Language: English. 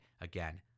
again